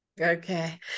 Okay